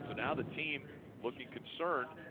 so now the team looking concerned